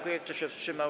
Kto się wstrzymał?